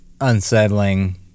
unsettling